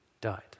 died